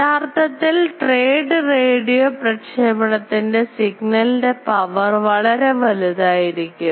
യഥാർത്ഥത്തിൽ trade radio പ്രക്ഷേപണതിൽ സിഗ്നലിൻറെ പവർ വളരെ വലുതായിരിക്കും